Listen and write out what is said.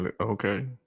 Okay